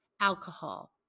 Alcohol